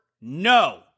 no